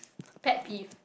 pet peeve